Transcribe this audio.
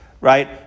right